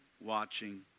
watching